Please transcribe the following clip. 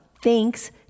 thanks